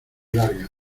larga